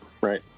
right